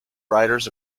writers